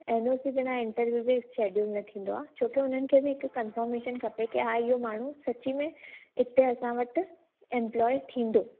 N O C बिना इंटरवियूं बि शेड्युल न थींदो आहे छोकि हुननि खे बि हिक कंफॉमेशन खपे के हा हियो माण्हू सची में हिते असां वटि एमप्लॉय थींदो